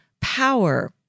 power